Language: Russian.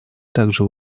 также